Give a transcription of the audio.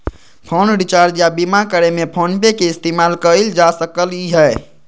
phone recharge या बीमा करे में फोनपे के इस्तेमाल कएल जा सकलई ह